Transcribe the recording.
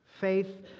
faith